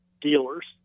dealers